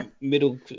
middle